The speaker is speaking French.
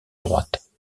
droite